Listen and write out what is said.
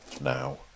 now